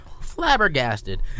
flabbergasted